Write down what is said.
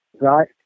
right